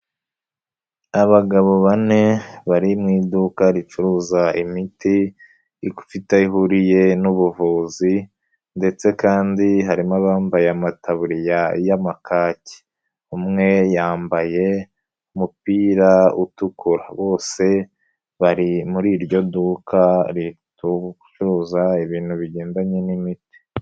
Abagabo bane bari mu iduka ricuruza imiti ifite aho ihuriye n'ubuvuzi ndetse kandi harimo abambaye amataburiya y'amakaki, umwe yambaye umupira utukura, bose bari muri iryo duka ricuruza ibintu bigendanye n'imiti.